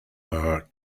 are